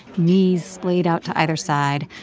knees splayed out to either side,